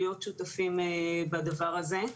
להיות שותפים בדבר הזה.